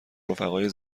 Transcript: رفقای